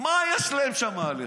מה יש להם שם עליך?